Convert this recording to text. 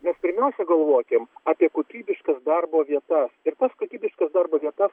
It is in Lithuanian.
mes pirmiausia galvokim apie kokybiškas darbo vietas ir tas kokybiškas darbo vietas